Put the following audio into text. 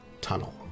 tunnel